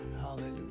Hallelujah